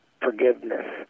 forgiveness